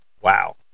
wow